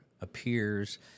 appears